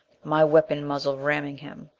my weapon muzzle ramming him.